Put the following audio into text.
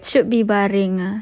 should be baring ah